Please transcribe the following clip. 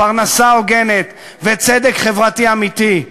פרנסה הוגנת וצדק חברתי אמיתי.